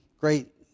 great